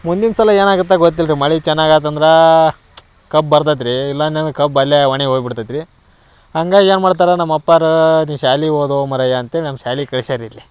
ಮುಂದಿನ ಸಲ ಏನಾಗುತ್ತೆ ಗೊತ್ತಿಲ್ಲ ರೀ ಮಳೆ ಚೆನ್ನಾಗಿ ಆಯ್ತಂದ್ರೆ ಕಬ್ಬು ಬರ್ತೈತಿ ರೀ ಇಲ್ಲ ಅನ್ಯಂದ್ರೆ ಕಬ್ಬು ಅಲ್ಲೇ ಒಣಗಿ ಹೋಗಿ ಬಿಡ್ತೈತಿ ರೀ ಹಂಗಾಗಿ ಏನು ಮಾಡ್ತಾರೆ ನಮ್ಮ ಅಪ್ಪಾರ ನೀ ಶ್ಯಾಲಿಗ್ ಓದೋ ಮರಾಯ ಅಂಥೇಳಿ ನಮ್ಮ ಶ್ಯಾಲಿಗ್ ಕಳಿಸ್ಯಾರ ಇಲ್ಲಿ